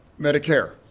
Medicare